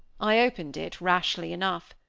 i opened it, rashly enough.